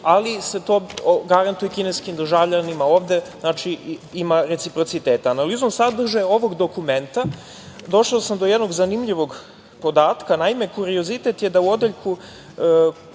ali se to garantuje i kineskim državljanima ovde, znači ima reciprociteta. Analizom sadržaja ovog dokumenta došao sam do jednog zanimljivog podatka. Naime, kuriozitet je da u samom